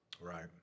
Right